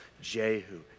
Jehu